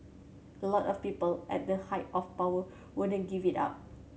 a lot of people at that height of power wouldn't give it up